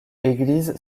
église